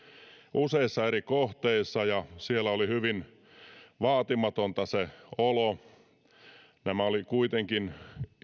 useissa eri kohteissa ja siellä oli hyvin vaatimatonta se olo nämä heidän olonsa siellä olivat kuitenkin